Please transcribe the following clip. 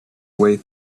way